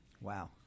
wow